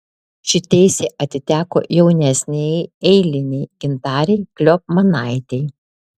ši teisė atiteko jaunesniajai eilinei gintarei kliopmanaitei